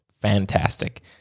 Fantastic